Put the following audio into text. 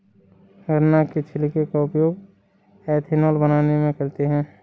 गन्ना के छिलके का उपयोग एथेनॉल बनाने में करते हैं